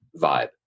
vibe